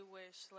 wish